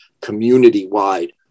community-wide